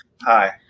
Hi